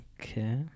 Okay